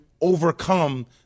overcome